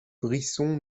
brisson